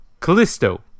Callisto